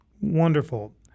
Wonderful